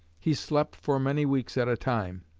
he slept for many weeks at a time.